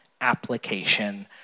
application